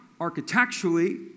architecturally